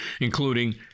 including